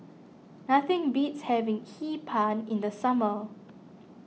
nothing beats having Hee Pan in the summer